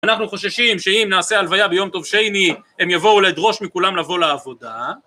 אנחנו חוששים שאם נעשה הלוויה ביום טוב שני, הם יבואו לדרוש מכולם לבוא לעבודה.